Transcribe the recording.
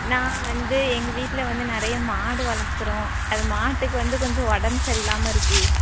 நான் வந்து எங்கள் வீட்டில் வந்து நிறைய மாடு வளர்க்குறோம் அது மாட்டுக்கு வந்து கொஞ்சம் உடம்பு சரியில்லாமல் இருக்குது